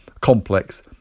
complex